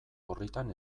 orritan